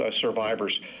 survivors